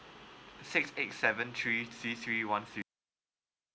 six eight seven three three three one two